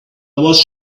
was